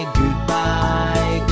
goodbye